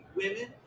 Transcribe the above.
women